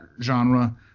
genre